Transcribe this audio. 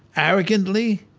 arrogantly?